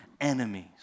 Enemies